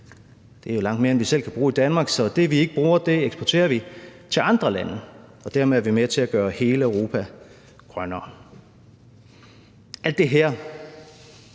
Det er langt mere, end vi selv kan bruge i Danmark, så det, vi ikke bruger, eksporterer vi til andre lande, og dermed er vi med til at gøre hele Europa grønnere. Alt det her